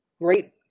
great